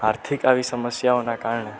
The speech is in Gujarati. આર્થિક આવી સમસ્યાઓનાં કારણે